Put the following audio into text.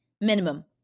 minimum